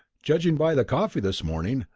judging by the coffee this morning,